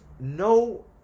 no